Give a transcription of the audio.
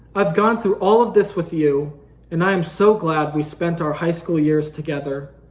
i've gone through all of this with you and i'm so glad we spent our high school years together.